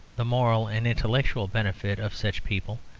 the moral and intellectual benefit of such people,